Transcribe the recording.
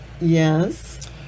Yes